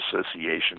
association